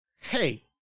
hey